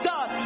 God